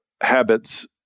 habits